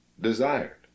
desired